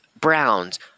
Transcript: Browns